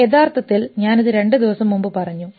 യഥാർത്ഥത്തിൽ ഞാൻ ഇത് രണ്ട് ദിവസം മുമ്പ് പറഞ്ഞു